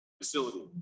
facility